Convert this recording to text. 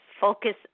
focus